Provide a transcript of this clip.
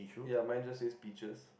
ya mine just say peaches